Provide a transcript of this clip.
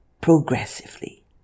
progressively